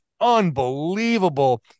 unbelievable